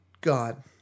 God